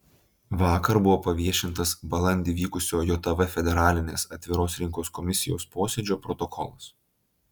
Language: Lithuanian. vakar buvo paviešintas balandį vykusio jav federalinės atviros rinkos komisijos posėdžio protokolas